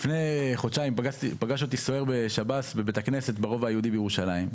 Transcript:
לפני חודשיים פגש אותי סוהר שב"ס בבית הכנסת ברובע היהודי בירושלים.